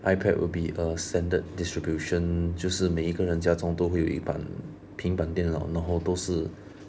ipad will be a standard distribution 就是每一个人家中都会有一盘平板电脑然后都是